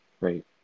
right